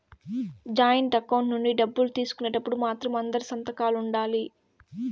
joint account నుంచి డబ్బులు తీసుకునేటప్పుడు మాత్రం అందరి సంతకాలు ఉండాలి